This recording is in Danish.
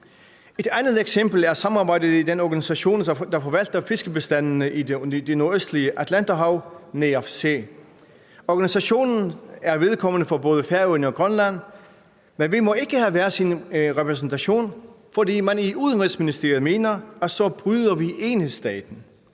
Et andet eksempel er samarbejdet i den organisation, der forvalter fiskebestandene i det nordøstlige Atlanterhav, NEAFC. Organisationen er vedkommende for både Færøerne og Grønland, men vi må ikke have hver sin repræsentation, fordi man i Udenrigsministeriet mener, at vi så bryder enhedsstaten.